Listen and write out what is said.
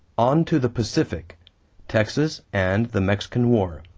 on to the pacific texas and the mexican war